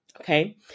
Okay